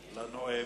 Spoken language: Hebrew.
לנואם.